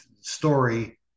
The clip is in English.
story